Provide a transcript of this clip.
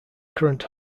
current